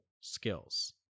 skills